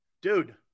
Dude